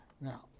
now